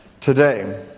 today